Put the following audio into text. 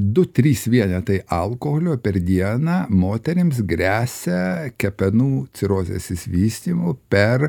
du trys vienetai alkoholio per dieną moterims gresia kepenų cirozės išsivystymu per